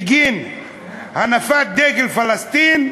בגין הנפת דגל פלסטין,